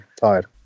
tired